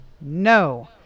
No